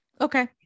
okay